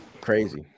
Crazy